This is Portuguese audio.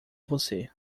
você